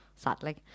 Sadly